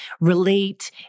relate